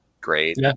great